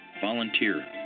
Volunteer